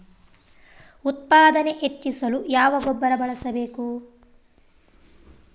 ಉತ್ಪಾದನೆ ಹೆಚ್ಚಿಸಲು ಯಾವ ಗೊಬ್ಬರ ಬಳಸಬೇಕು?